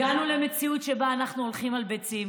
הגענו למציאות שבה אנחנו הולכים על ביצים.